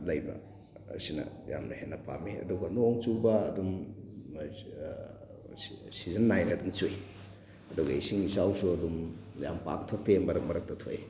ꯗ ꯂꯩꯕ ꯑꯁꯤꯅ ꯌꯥꯝꯅ ꯍꯦꯟꯅ ꯄꯥꯝꯃꯤ ꯑꯗꯨꯒ ꯅꯣꯡ ꯆꯨꯕ ꯑꯗꯨꯝ ꯁꯤꯖꯟ ꯅꯥꯏꯅ ꯑꯗꯨꯝ ꯆꯨꯏ ꯑꯗꯨꯒ ꯏꯁꯤꯡ ꯏꯆꯥꯎꯁꯨ ꯑꯗꯨꯝ ꯌꯥꯝ ꯄꯥꯛ ꯊꯣꯛꯇꯦ ꯃꯔꯛ ꯃꯔꯛꯇ ꯊꯣꯛꯏ